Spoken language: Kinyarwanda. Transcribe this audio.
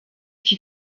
iki